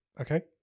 Okay